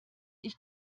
ich